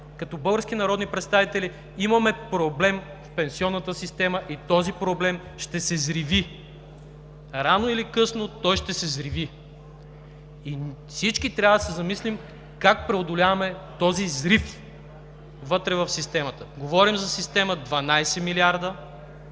като български народни представители имаме проблем в пенсионната система и този проблем ще се взриви. Рано или късно той ще се взриви. Всички трябва да се замислим как преодоляваме този взрив вътре в системата. Говорим за система от 12 милиарда,